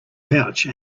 pouch